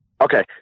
Okay